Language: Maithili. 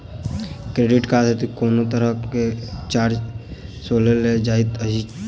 क्रेडिट कार्ड हेतु कोनो तरहक चार्ज सेहो लेल जाइत अछि की?